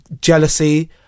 jealousy